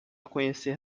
conhecer